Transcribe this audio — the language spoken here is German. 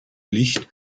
licht